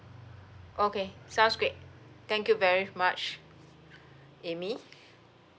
okay sounds great thank you very much amy